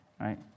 right